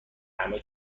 همه